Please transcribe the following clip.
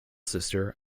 sister